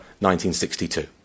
1962